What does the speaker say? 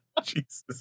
Jesus